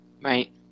Right